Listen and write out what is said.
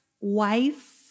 wife